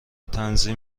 تنظیم